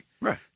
Right